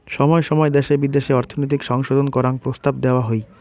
সময় সময় দ্যাশে বিদ্যাশে অর্থনৈতিক সংশোধন করাং প্রস্তাব দেওয়া হই